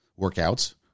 workouts